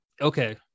Okay